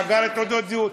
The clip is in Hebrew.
מאגר עם תעודות זהות,